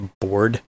bored